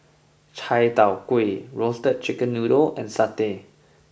Chai Tow Kway Roasted Chicken Noodle and Satay